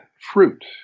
fruit